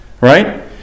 right